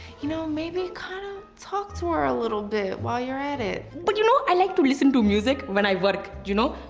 you know, maybe kinda talk to her a little bit while you're at it. but you know, i like to listen to music when i work, you know?